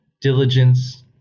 diligence